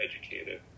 educated